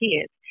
kids